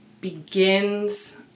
begins